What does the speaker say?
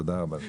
תודה רבה.